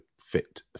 fit